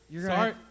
Sorry